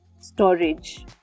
storage